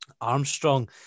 Armstrong